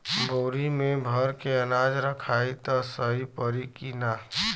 बोरी में भर के अनाज रखायी त सही परी की ना?